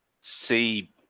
see